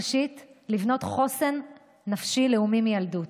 ראשית, לבנות חוסן נפשי מילדות.